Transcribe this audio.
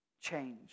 change